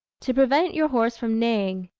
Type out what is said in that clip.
to prevent your horse from neighing